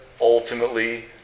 ultimately